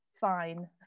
fine